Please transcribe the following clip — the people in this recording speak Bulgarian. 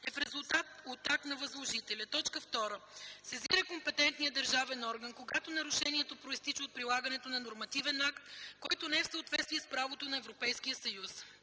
е в резултат от акт на възложителя; 2. сезира компетентния държавен орган, когато нарушението произтича от прилагането на нормативен акт, който не е в съответствие с правото на Европейския съюз.